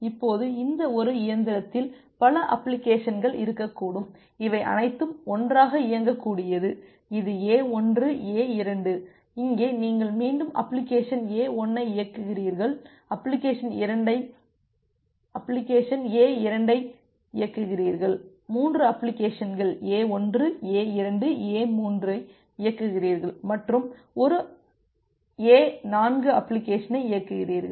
இப்போது இந்த ஒரு இயந்திரத்தில் பல அப்ளிகேஷன்கள் இருக்கக்கூடும் இவை அனைத்தும் ஒன்றாக இயங்கக்கூடியது இது A1 A2 இங்கே நீங்கள் மீண்டும் அப்ளிகேஷன் A1 ஐ இயங்குகிறீர்கள் அப்ளிகேஷன் A2 வை இயங்குகிறீர்கள் 3 அப்ளிகேஷன்கள் A1 A2 A3 ஐ இயங்குகிறீர்கள் மற்றும் ஒரு A4 அப்ளிகேஷனை இயக்குகிறீர்கள்